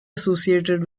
associated